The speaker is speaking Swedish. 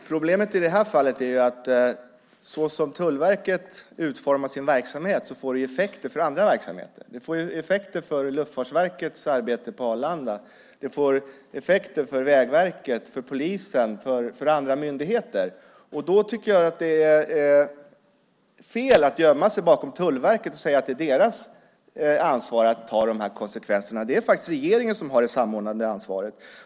Herr talman! Problemet i det här fallet är att det sätt på vilket Tullverket utformar sin verksamhet får effekter för andra verksamheter. Det får effekter på Luftfartsverkets arbete på Arlanda. Det får effekter för Vägverket, polisen och andra myndigheter. Jag tycker att det är fel att gömma sig bakom Tullverket och säga att det är deras ansvar att ta konsekvenserna. Det är faktiskt regeringen som har det samordnande ansvaret.